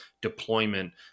deployment